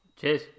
Cheers